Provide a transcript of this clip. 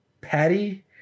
Patty